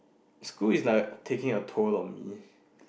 school is like taking a tour of me